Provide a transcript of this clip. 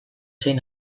zein